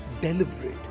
deliberate